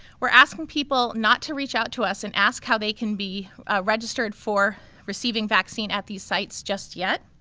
we're asking people not to reach out to us and ask how they can be registered for receiving a vaccine at these sites just yet.